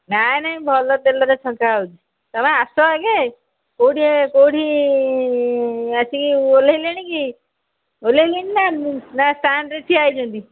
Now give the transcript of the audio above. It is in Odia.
ନାହିଁ ନାହିଁ ଭଲ ତେଲରେ ଛଙ୍କା ହେଉଛି ତୁମେ ଆସ ଆଗେ କେଉଁଠି କେଉଁଠି ଆସିକି ଓହ୍ଲାଇଲେଣି କି ଓହ୍ଲାଇଲେଣି ନା ନା ଷ୍ଟାଣ୍ଡରେ ଠିଆ ହେଇଛନ୍ତି